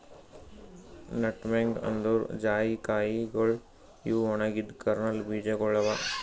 nutmeg ಅಂದುರ್ ಜಾಯಿಕಾಯಿಗೊಳ್ ಇವು ಒಣಗಿದ್ ಕರ್ನಲ್ ಬೀಜಗೊಳ್ ಅವಾ